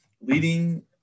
Leading